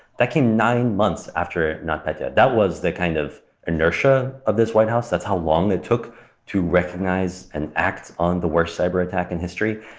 that came nine months after notpetya. that was the kind of inertia of this white house. that's how long it took to recognize and act on the worst cyber-attack in history,